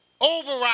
override